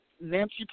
Nancy